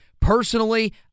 Personally